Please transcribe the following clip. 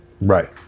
Right